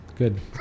Good